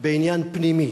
בעניין פנימי